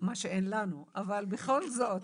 מה שאין לנו, אבל בכל זאת.